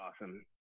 awesome